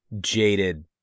jaded